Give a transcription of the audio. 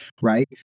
right